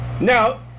Now